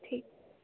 ठीक